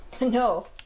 No